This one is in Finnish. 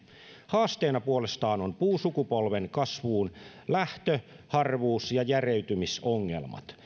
haasteena puolestaan ovat puusukupolven kasvuunlähtö harvuus ja järeytymisongelmat